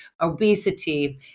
obesity